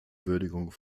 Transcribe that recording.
würdigung